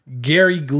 Gary